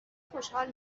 خوشحال